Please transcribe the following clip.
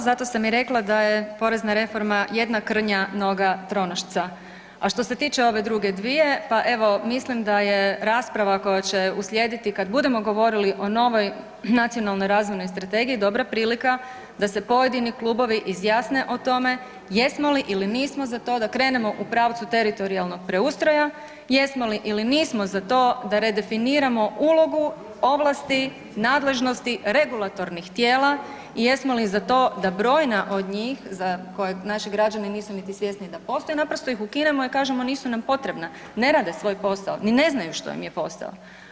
Hvala, zato sam i rekla da je porezna reforma jedna krnja noga tronošca, a što se tiče ove druge dvije pa evo mislim da je rasprava koja će uslijediti kad budemo govorili o novoj nacionalnoj razvojnoj strategiji dobra prilika da se pojedini klubovi izjasne o tome jesmo li ili nismo za to da krenemo u pravcu teritorijalnog preustroja, jesmo li ili nismo za to da redefiniramo ulogu ovlasti, nadležnosti regulatornih tijela i jesmo li za to da brojna od njih za koja naši građani nisu niti svjesni da postoje naprosto ih ukinemo i kažemo nismo nam potrebna ne rade svoj posao ni ne znaju što im je posao.